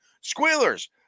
squealers